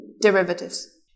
derivatives